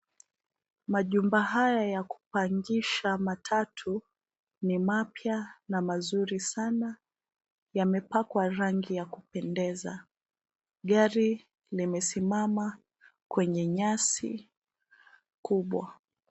Majumba haya ya kupangisha matatu ni mapya na mazuri sana. Yamepakwa rangi ya kupendeza. Gari limesimama kwenye nyasi kubwa.